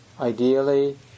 Ideally